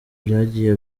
byagiye